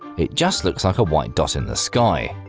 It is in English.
it just looks like a white dot in the sky,